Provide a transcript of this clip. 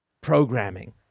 programming